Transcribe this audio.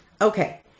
Okay